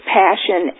passion